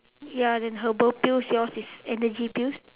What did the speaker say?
ya then herbal pills yours is energy pills